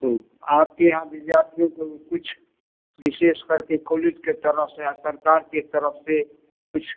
तो आपके यहाँ विद्यार्थियों को कुछ विशेष करके कॉलेज की तरफ से या सरकार की तरफ से कुछ